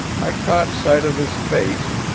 i caught sight of his face,